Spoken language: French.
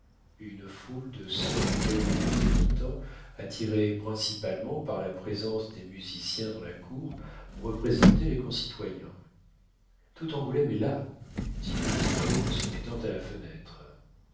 une foule de cent et quelques habitants attirés principalement par la présence des musiciens dans la cour représentait les concitoyens tout angoulême est là dit petit claud en se mettant à la fenêtre